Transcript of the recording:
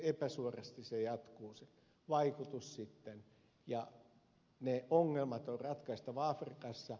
epäsuorasti jatkuu se vaikutus sitten ja ne ongelmat on ratkaistava afrikassa